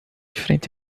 frente